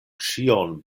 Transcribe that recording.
ĉion